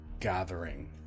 gathering